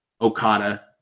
Okada